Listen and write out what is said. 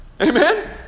Amen